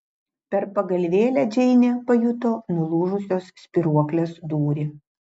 per pagalvėlę džeinė pajuto nulūžusios spyruoklės dūrį